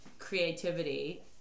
Creativity